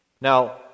Now